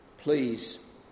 Please